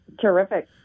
terrific